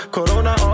Corona